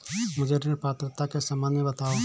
मुझे ऋण पात्रता के सम्बन्ध में बताओ?